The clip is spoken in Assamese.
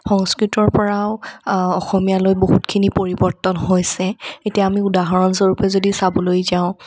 সংস্কৃতৰ পৰাও অসমীয়ালৈ বহুতখিনি পৰিৱৰ্তন হৈছে এতিয়া আমি উদাহৰণস্বৰূপে যদি চাবলৈ যাওঁ